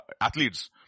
athletes